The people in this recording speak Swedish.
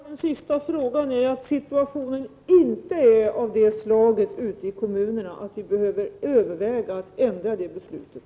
Herr talman! Mitt svar på den sista frågan är att situationen ute i kommunerna dess bättre inte är av det slaget att vi behöver överväga att ändra på det beslutet.